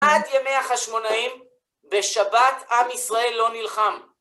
עד ימי החשמונאים, בשבת עם ישראל לא נלחם.